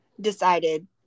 decided